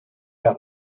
père